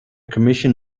commission